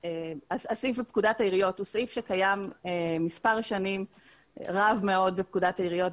הסעיף בפקודת העיריות קיים מספר רב מאוד של שנים בפקודת העיריות,